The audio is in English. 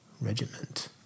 regiment